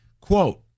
Quote